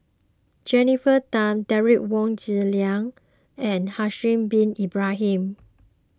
Jennifer Tham Derek Wong Zi Liang and Haslir Bin Ibrahim